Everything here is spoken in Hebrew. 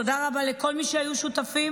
תודה רבה לכל מי שהיו שותפים,